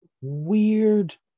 weird